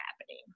happening